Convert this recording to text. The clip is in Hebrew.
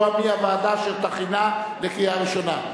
מי הוועדה אשר תכינה לקריאה ראשונה.